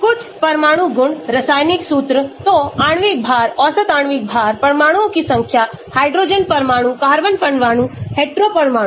कुछ परमाणु गुण रासायनिक सूत्र तो आणविक भार औसत आणविक भार परमाणुओं की संख्या हाइड्रोजन परमाणु कार्बन परमाणु हेटेरो परमाणु